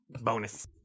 bonus